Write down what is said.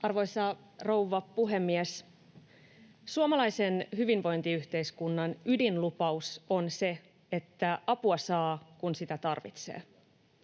Arvoisa rouva puhemies! Suomalaisen hyvinvointiyhteiskunnan ydinlupaus on se, että apua saa, kun sitä tarvitsee,